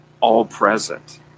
all-present